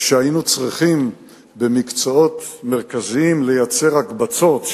וכשהיינו צריכים במקצועות מרכזיים לייצר הקבצות,